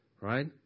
Right